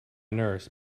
nurse